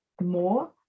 more